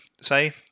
say